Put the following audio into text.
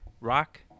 Rock